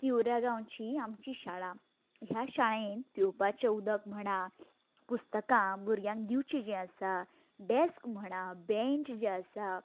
तिवऱ्या गांवची आमची शाळा ह्या शाळेंत पिवपाचें उदक म्हणा पुस्तकां भुरग्यांक दिवची जीं आसा डेस्क म्हणा बेंच जे आसा